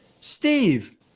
Steve